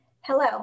Hello